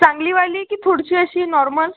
चांगलीवाली की थोडीशी अशी नॉर्मल